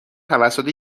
توسط